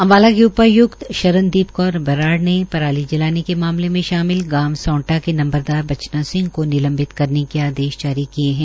अम्बाला की उपाय्क्त शरणदीप कौर बराड़ ने पराली जलाने के मामले में शामिल गांव सौंटा के नम्बरदार बचना सिंह को निलम्बित करने के आदेश जारी किए हैं